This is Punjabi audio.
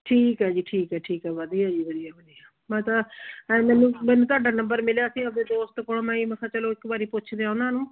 ਠੀਕ ਹੈ ਜੀ ਠੀਕ ਹੈ ਠੀਕ ਹੈ ਵਧੀਆ ਜੀ ਵਧੀਆ ਵਧੀਆ ਮੈਂ ਤਾਂ ਐ ਮੈਨੂੰ ਮੈਨੂੰ ਤੁਹਾਡਾ ਨੰਬਰ ਮਿਲਿਆ ਸੀ ਆਪਣੇ ਦੋਸਤ ਕੋਲੋਂ ਮੈਂ ਕਿਹਾ ਚਲੋ ਇੱਕ ਵਾਰੀ ਪੁੱਛਦੇ ਆ ਉਹਨਾਂ ਨੂੰ